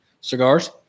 cigars